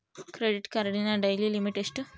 Credit ಕಾರ್ಡಿನ daily limit ಎಷ್ಟು?